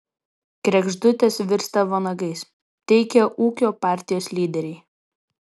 kregždutės virsta vanagais teigia ūkio partijos lyderiai